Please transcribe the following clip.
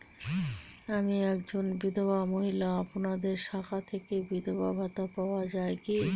আমি একজন বিধবা মহিলা আপনাদের শাখা থেকে বিধবা ভাতা পাওয়া যায় কি?